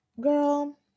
girl